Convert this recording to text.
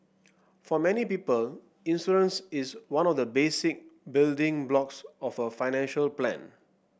for many people insurance is one of the basic building blocks of a financial plan